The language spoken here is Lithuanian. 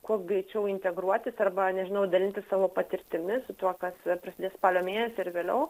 kuo greičiau integruotis arba nežinau dalintis savo patirtimi su tuo kas prasidės spalio mėnesį ar vėliau